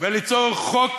וליצור חוק